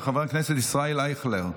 של חבר הכנסת ישראל אייכלר.